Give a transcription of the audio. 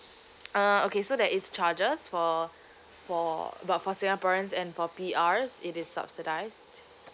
uh okay so there is charges for for but for singaporeans and for P Rs it is subsidised